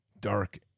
Dark